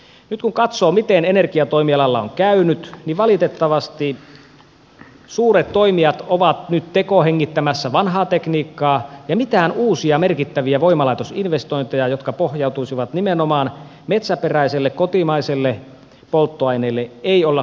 kun nyt katsoo miten energiatoimialalla on käynyt niin valitettavasti suuret toimijat ovat nyt tekohengittämässä vanhaa tekniikkaa ja mitään uusia merkittäviä voimalaitos investointeja jotka pohjautuisivat nimenomaan metsäperäiselle kotimaiselle polttoaineelle ei olla käynnistämässä